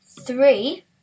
three